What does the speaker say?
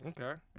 Okay